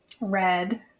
red